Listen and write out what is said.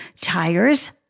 tires